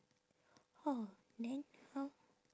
orh then how